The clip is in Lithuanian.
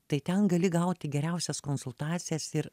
tai ten gali gauti geriausias konsultacijas ir